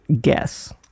guess